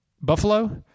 Buffalo